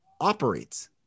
operates